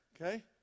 okay